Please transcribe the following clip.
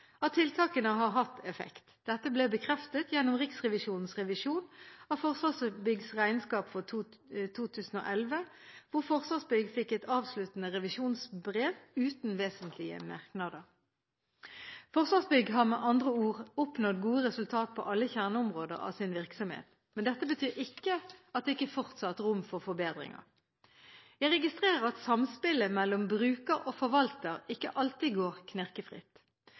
tiltakene har hatt effekt. Dette ble bekreftet gjennom Riksrevisjonens revisjon av Forsvarsbyggs regnskap for 2011, hvor Forsvarsbygg fikk et avsluttende revisjonsbrev uten vesentlige merknader. Forsvarsbygg har med andre ord oppnådd gode resultater på alle kjerneområder av sin virksomhet. Dette betyr ikke at det ikke fortsatt er rom for forbedringer. Jeg registrerer at samspillet mellom bruker og forvalter ikke alltid går